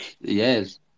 yes